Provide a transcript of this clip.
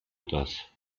das